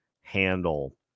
handle